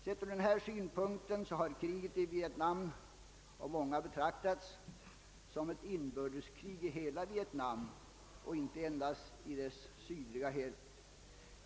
Sett ur den synpunkten har kriget i Vietnam av många betraktats som ett inbördeskrig i hela Vietnam och inte endast i dess sydliga hälft.